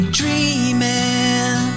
dreaming